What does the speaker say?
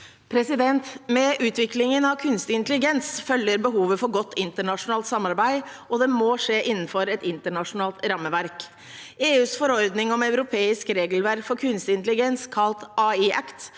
Med utvik- lingen av kunstig intelligens følger behovet for godt internasjonalt samarbeid, og det må skje innenfor et internasjonalt rammeverk. EUs forordning om europeisk regelverk for kunstig intelligens, kalt AI Act,